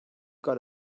got